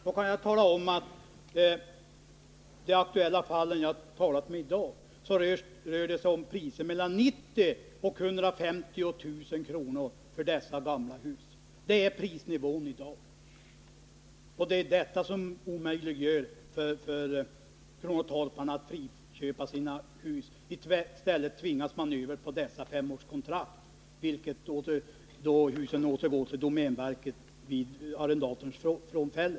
Jag kan tala om att det i de aktuella fallen — de personer som jag har talat med i dag — rör sig om priser mellan 90 000 och 150 000 kr. för dessa gamla hus. Det är prisnivån i dag, och det är den som omöjliggör för kronotorparna att friköpa sina hus. I stället tvingas de över på femårskontrakt, vilket alltså betyder att husen återgår till domänverket vid arrendatorns frånfälle.